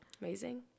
Amazing